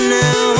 now